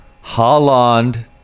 Holland